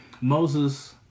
Moses